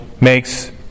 makes